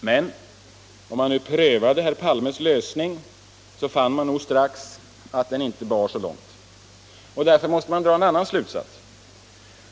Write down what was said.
Men om man prövade herr Palmes lösning skulle man nog strax finna att den inte bar så långt. Därför måste man dra en annan slutsats.